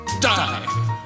die